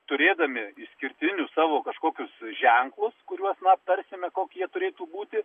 turėdami išskirtinius savo kažkokius ženklus kuriuos na aptarsime kokie jie turėtų būti